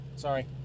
Sorry